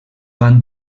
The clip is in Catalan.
van